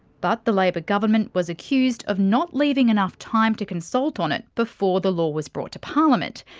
but the labor government was accused of not leaving enough time to consult on it before the law was brought to parliament.